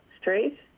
Street